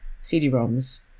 CD-ROMs